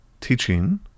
teaching